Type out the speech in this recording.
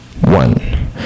One